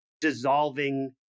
dissolving